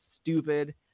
stupid